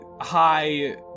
high